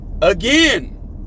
Again